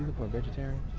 for vegetarian